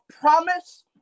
promise